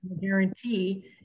guarantee